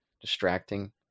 distracting